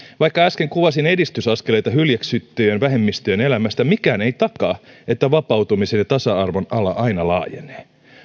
vaikka äsken kuvasin edistysaskeleita hyljeksittyjen vähemmistöjen elämästä mikään ei takaa että vapautumisen ja tasa arvon ala aina laajenee